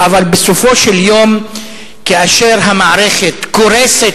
אבל בסופו של דבר כאשר המערכת קורסת